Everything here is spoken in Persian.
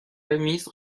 میز